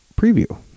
preview